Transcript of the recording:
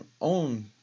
own